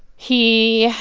he